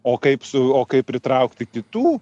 o kaip su o kaip pritraukti kitų